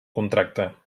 contracte